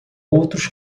outros